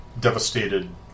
devastated